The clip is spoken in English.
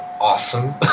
awesome